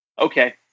okay